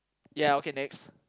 ya okay next